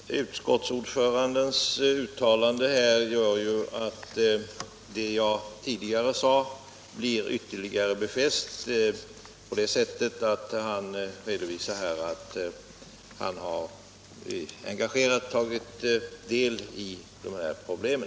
Herr talman! Utskottsordförandens uttalande nu bestyrker vad jag tidigare sade. Han redovisar att han engagerat har tagit del av dessa problem.